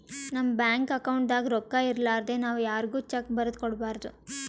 ನಮ್ ಬ್ಯಾಂಕ್ ಅಕೌಂಟ್ದಾಗ್ ರೊಕ್ಕಾ ಇರಲಾರ್ದೆ ನಾವ್ ಯಾರ್ಗು ಚೆಕ್ಕ್ ಬರದ್ ಕೊಡ್ಬಾರ್ದು